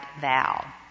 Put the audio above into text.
vow